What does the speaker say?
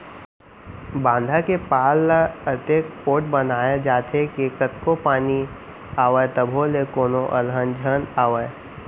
बांधा के पार ल अतेक पोठ बनाए जाथे के कतको पानी आवय तभो ले कोनो अलहन झन आवय